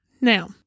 Now